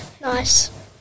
Nice